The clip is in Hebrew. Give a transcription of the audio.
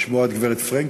לשמוע את הגברת פרנקל,